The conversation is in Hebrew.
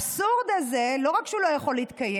והאבסורד הזה, לא רק שהוא לא יכול להתקיים,